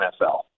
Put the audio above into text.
NFL